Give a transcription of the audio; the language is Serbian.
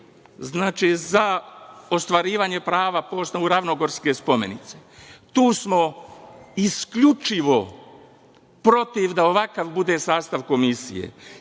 za ostvarivanje prava po osnovu „Ravnogorske spomenice“. Tu smo isključivo protiv da ovakav bude sastav Komisije,